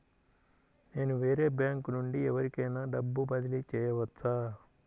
నేను వేరే బ్యాంకు నుండి ఎవరికైనా డబ్బు బదిలీ చేయవచ్చా?